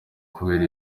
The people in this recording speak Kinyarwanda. kubera